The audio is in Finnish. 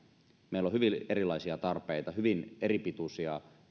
meillä on hyvin erilaisia tarpeita hyvin eripituisia